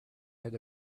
had